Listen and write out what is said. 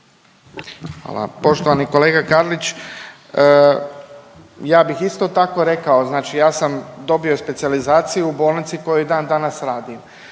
Hvala. Poštovani kolega Karlić, ja bih isto tako rekao, znači ja sam dobio specijalizaciju u bolnici u kojoj i dan danas radim.